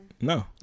No